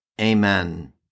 Amen